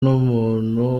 n’umuntu